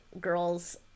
girls